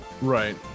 Right